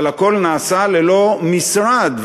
אבל הכול נעשה ללא משרד.